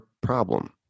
problem